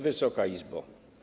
Wysoka Izbo!